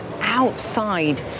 outside